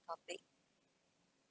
topic